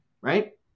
right